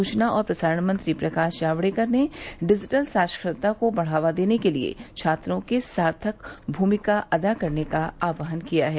सूचना और प्रसारण मंत्री प्रकाश जावड़ेकर ने डिजिटल साक्षरता को बढ़ावा देने के लिए छात्रों से सार्थक भूमिका अदा करने का आहवान किया है